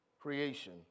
creation